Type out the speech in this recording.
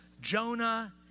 Jonah